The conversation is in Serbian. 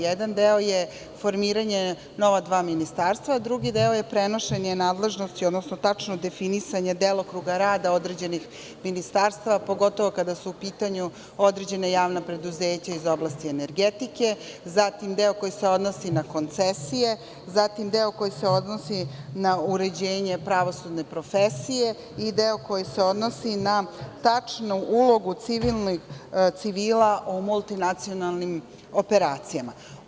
Jedan deo je formiranje nova dva ministarstva, a drugi deo je prenošenje nadležnosti, odnosno tačno definisanje delokruga rada određenih ministarstava, pogotovo kada su u pitanju određena javna preduzeća iz oblasti energetike, zatim deo koji se odnosi na koncesije, zatim deo koji se odnosi na uređenje pravosudne profesije i deo koji se odnosi na tačnu ulogu civila u multinacionalnim operacijama.